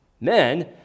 men